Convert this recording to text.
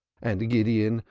and gideon,